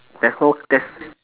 there's no there's